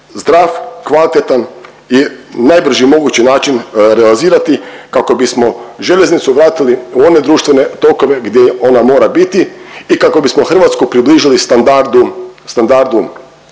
zdrav, kvalitetan i najbrži mogući način realizirati kako bismo željeznicu vratili u one društvene tokove gdje ona mora biti i kako bismo Hrvatsku približili standardu